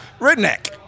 redneck